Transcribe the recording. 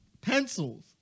pencils